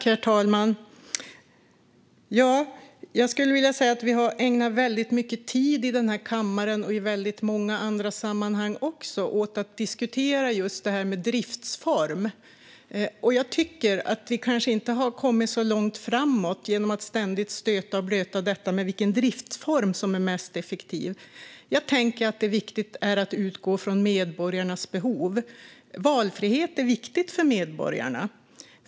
Herr talman! Vi har ägnat väldigt mycket tid i den här kammaren och i många andra sammanhang åt att diskutera driftsformer. Men vi har kanske inte kommit så långt framåt genom att ständigt stöta och blöta detta med vilken driftsform som är effektivast. Det är viktigt att utgå från medborgarnas behov. Valfrihet är viktigt för medborgarna.